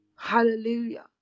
Hallelujah